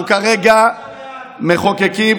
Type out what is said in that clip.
אנחנו כרגע מחוקקים,